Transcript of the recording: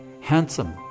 handsome